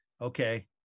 Okay